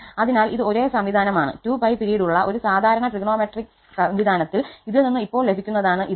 അതിനാൽ ഇത് ഒരേ സംവിധാനമാണ്2𝜋 പീരീഡ് ഉള്ള ഒരു സാധാരണ ത്രികോണമിട്രി വ്യവസ്ഥ ഇതിൽ നിന്ന് ഇപ്പോൾ ലഭിക്കുന്നതാണ് ഇത്